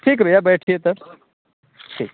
ठीक है भैया बैठिए तब ठीक